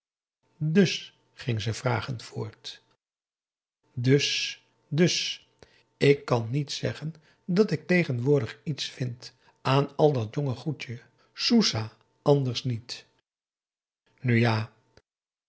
dus ging ze vragend voort dus dus ik kan niet zeggen dat ik tegenwoordig iets vind aan al dat jonge goedje soesah anders niet nu ja